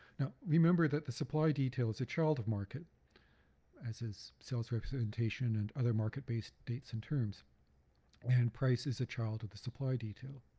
now, remember that the supply detail is a child of market as is sales representation and other market-based dates and terms and price is a child of the supply detail.